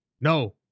No